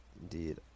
Indeed